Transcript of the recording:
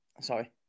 sorry